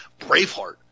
Braveheart